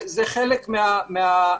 זה חלק מהמכלול.